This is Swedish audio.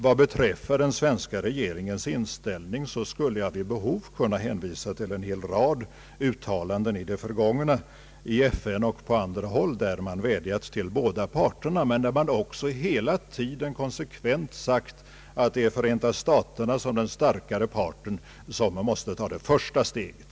Vad beträffar den svenska regeringens inställning skulle jag vid behov kunna hänvisa till en rad uttalanden i det förgångna, i FN och på andra håll, där man vädjat till båda parterna men där man också konsekvent sagt att Förenta staterna som den starkare parten måste ta det första steget.